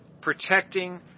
protecting